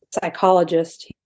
psychologist